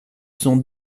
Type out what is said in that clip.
sont